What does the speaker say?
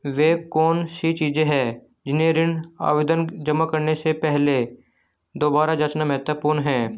वे कौन सी चीजें हैं जिन्हें ऋण आवेदन जमा करने से पहले दोबारा जांचना महत्वपूर्ण है?